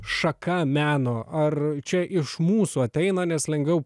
šaka meno ar čia iš mūsų ateina nes lengviau